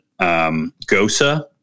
Gosa